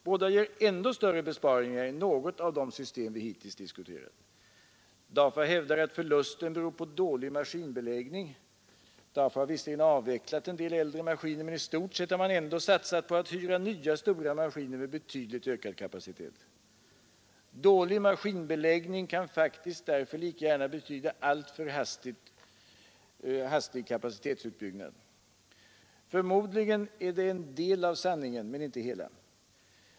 Båda ger ändå större besparingar än något av de system vi hittills diskuterat. DAFA hävdar, att förlusten beror på dålig maskinbeläggning. DAFA har visserligen avvecklat en del äldre maskiner, men i stort sett har man ändå satsat på att hyra nya, stora maskiner med betydligt ökad kapacitet. Dålig maskinbeläggning kan faktiskt därför lika gärna betyda alltför hastig kapacitetsutbyggnad. Förmodligen är det en del av sanningen men inte hela.